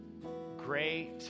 Great